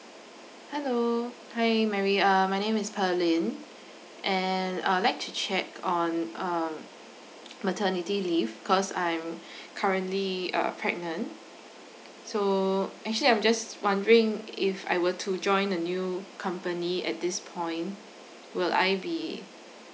hello hi mary uh my name is perlin and I would like to check on um maternity leave cause I'm currently uh pregnant so actually I'm just wondering if I were to join the new company at this point will I be